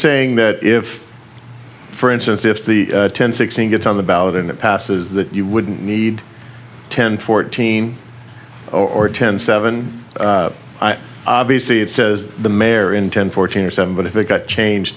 saying that if for instance if the ten sixteen gets on the ballot and it passes that you would need ten fourteen or ten seven obviously it says the mayor in ten fourteen or seven but if it got changed